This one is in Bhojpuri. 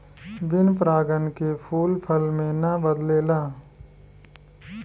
बिन परागन के फूल फल मे ना बदलेला